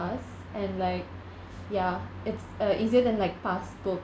fast and like ya it's uh easier than like passbook